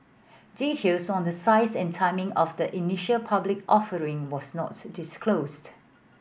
details on the size and timing of the initial public offering was not disclosed